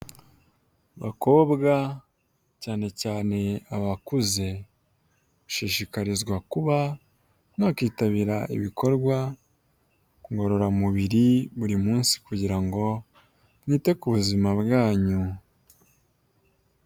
Abakobwa cyane cyane abakuze, mushishikarizwa kuba mwakwitabira ibikorwa ngororamubiri, buri munsi kugira ngo mubashe kwita ku uzima bwanyu.